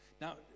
Now